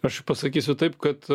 aš pasakysiu taip kad